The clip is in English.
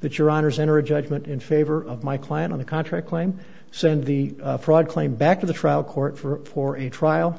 that your honour's enter a judgment in favor of my client on the contract claim send the fraud claim back to the trial court for for a trial